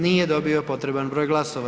Nije dobio potreban broj glasova.